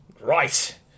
Right